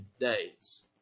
days